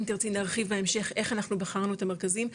אם תרצי נרחיב בהמשך איך אנחנו בחרנו את המרכזים,